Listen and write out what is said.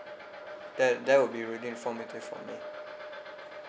that that will be really informative for me